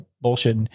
bullshit